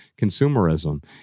consumerism